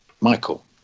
Michael